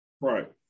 right